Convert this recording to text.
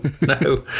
no